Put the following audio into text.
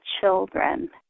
children